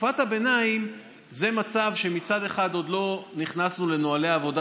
תקופת הביניים היא מצב שמצד אחד עוד לא נכנסנו לנוהלי עבודה